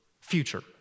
future